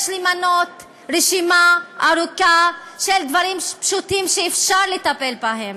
יש למנות רשימה ארוכה של דברים פשוטים שאפשר לטפל בהם.